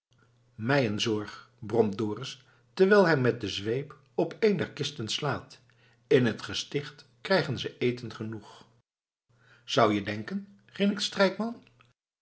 een zorg bromt dorus terwijl hij met de zweep op een der kisten slaat in t gesticht krijgen ze eten genoeg zou je denken grinnikt strijkman